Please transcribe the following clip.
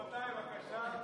רבותיי, בבקשה,